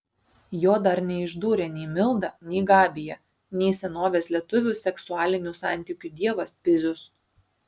jo dar neišdūrė nei milda nei gabija nei senovės lietuvių seksualinių santykių dievas pizius